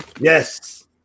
yes